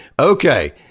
Okay